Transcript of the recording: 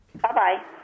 Bye-bye